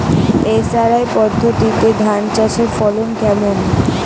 SRI পদ্ধতিতে ধান চাষের ফলন কেমন?